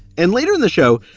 and later in the show,